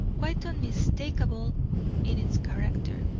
quite unmistakable in its character.